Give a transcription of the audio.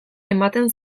ematen